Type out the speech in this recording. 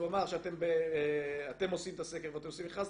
הוא אמר שאתם עושים את הסקר ואתם עושים מכרז.